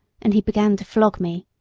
and he began to flog me.